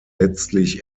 letztlich